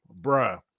bruh